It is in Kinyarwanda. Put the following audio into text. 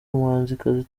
umuhanzikazi